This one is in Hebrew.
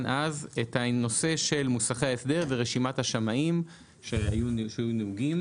אז את הנושא של מוסכי ההסדר ורשימת השמאים שהיו נהוגים